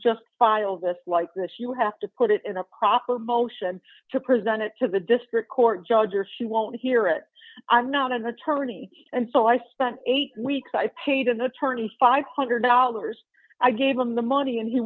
just file this like this you have to put it in a proper motion to present it to the district court judge or she won't hear it i'm not an attorney and so i spent eight weeks i paid an attorney five hundred dollars i gave him the money and he